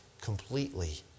completely